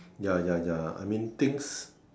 ya ya ya I mean things